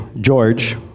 George